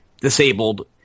disabled